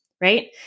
right